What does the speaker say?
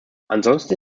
ansonsten